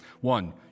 One